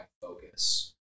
focus